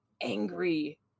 angry